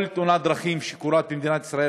כל תאונת דרכים שקורית במדינת ישראל,